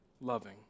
loving